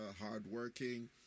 hardworking